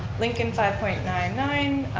lincoln, five point nine nine.